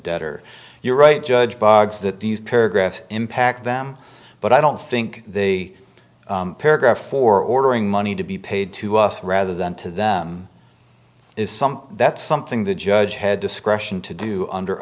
debtor you're right judge biogs that these paragraphs impact them but i don't think they paragraph or ordering money to be paid to us rather than to them is something that's something the judge had discretion to do under